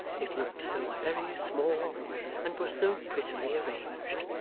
it looked so very small and was so prettily arranged.